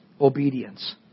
obedience